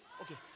Okay